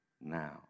now